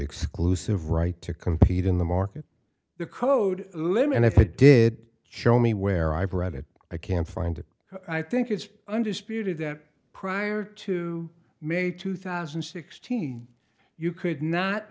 exclusive right to compete in the market the code limb and if it did show me where i brought it i can't find it i think it's undisputed that prior to may two thousand and sixteen you could not